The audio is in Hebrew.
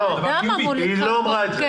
היא לא אמרה את זה.